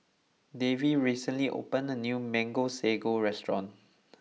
Davie recently opened a new Mango Sago restaurant